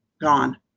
gone